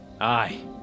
Aye